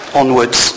onwards